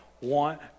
want